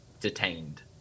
detained